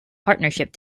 partnership